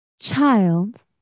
Child